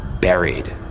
buried